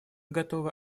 готовы